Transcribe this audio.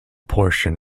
portion